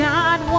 God